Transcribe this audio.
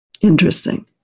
Interesting